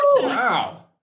wow